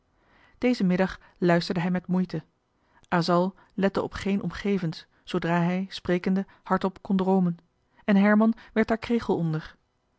dezen middag luisterde hij met moeite asal lette op geen omgevends zoodra hij sprekende hardop kon droomen en herman werd daar kregel onder